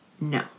No